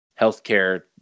healthcare